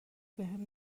بهم